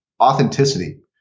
authenticity